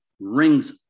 Rings